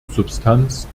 substanz